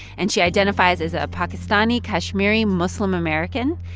and she identifies as a pakistani kashmiri muslim american.